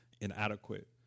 inadequate